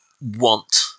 want